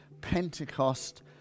Pentecost